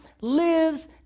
lives